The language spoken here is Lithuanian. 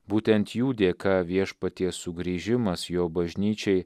būtent jų dėka viešpaties sugrįžimas jo bažnyčiai